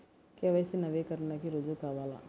KYC నవీకరణకి రుజువు కావాలా?